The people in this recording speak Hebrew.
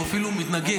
הוא אפילו מתנגד.